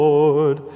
Lord